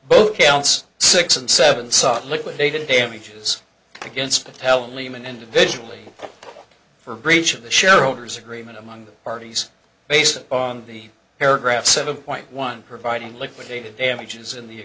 both counts six and seven sought liquidated damages against a tell lehman individually for breach of the shareholders agreement among the parties based on the paragraph seven point one providing liquidated damages in the